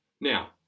Now